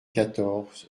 quatorze